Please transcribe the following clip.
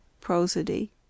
Prosody